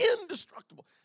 Indestructible